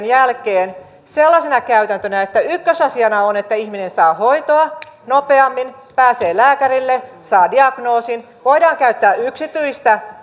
jälkeen sellaisena käytäntönä että ykkösasiana on että ihminen saa hoitoa nopeammin pääsee lääkärille saa diagnoosin ja että voidaan käyttää yksityistä